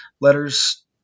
letters